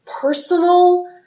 personal